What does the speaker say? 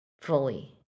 fully